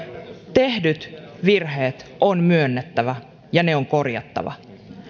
tehdyt virheet on myönnettävä ja ne on korjattava